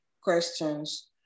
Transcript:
questions